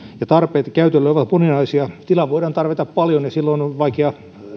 ja tarpeet käytölle ovat moninaisia tilaa voidaan tarvita paljon ja silloin on vaikea